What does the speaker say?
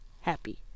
happy